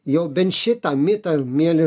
jau bent šitą mitą mieli